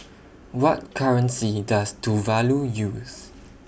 What currency Does Tuvalu use